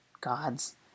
Gods